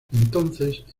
entonces